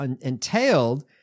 entailed